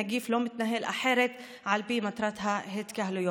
הנגיף לא מתנהל אחרת על פי מטרת ההתקהלויות.